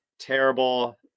terrible